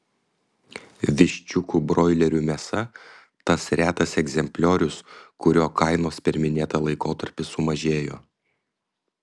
viščiukų broilerių mėsa tas retas egzempliorius kurio kainos per minėtą laikotarpį sumažėjo